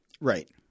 Right